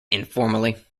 informally